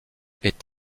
est